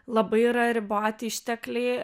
labai yra riboti ištekliai